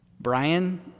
Brian